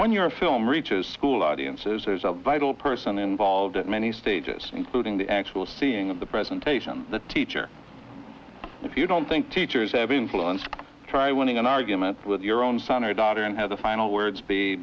when your film reaches school audiences there's a vital person involved at many stages including the actual seeing of the presentation the teacher if you don't think teachers have influence try winning an argument with your own son or daughter and have the final words be